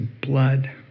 blood